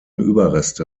überreste